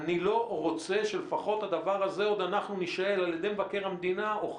אני לא רוצה שלפחות הדבר הזה עוד אנחנו נישאל על ידי מבקר המדינה או,